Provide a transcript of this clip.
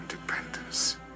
independence